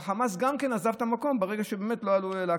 החמאס גם כן עזב את המקום ברגע שבאמת לא עלו לאל-אקצא.